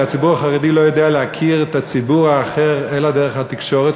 הרי הציבור החרדי לא יודע להכיר את הציבור האחר אלא דרך התקשורת,